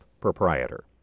proprietor